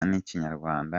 n’ikinyarwanda